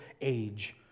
age